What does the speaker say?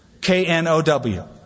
K-N-O-W